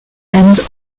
ends